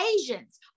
Asians